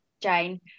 Jane